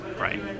Right